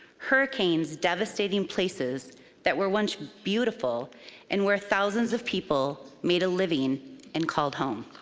hurricanes devastating places that were once beautiful and where thousands of people made a living and called home?